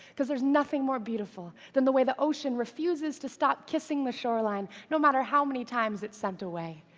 because there's nothing more beautiful than the way the ocean refuses to stop kissing the shoreline, no matter how many times it's sent away.